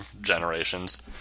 generations